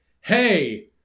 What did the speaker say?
hey